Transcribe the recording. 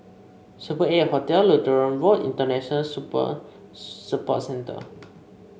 Super Eight Hotel Lutheran Road International Supper Support Centre